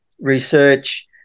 research